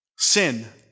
Sin